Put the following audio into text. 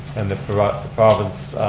and the the province